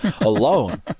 alone